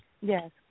Yes